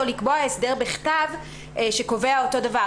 או לקבוע הסדר בכתב שקובע אותו דבר,